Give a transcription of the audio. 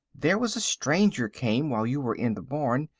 there was a stranger came while you were in the barn,